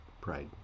pride